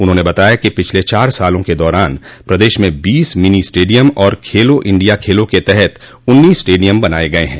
उन्होंने बताया कि पिछले चार साल के दौरान प्रदेश में बीस मिनी स्टेडियम और खेलों इण्डिया खेलों के तहत उन्नीस स्टेडियम बनाये गये हैं